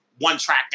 one-track